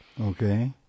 Okay